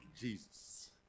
Jesus